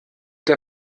der